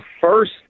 first